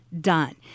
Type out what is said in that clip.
done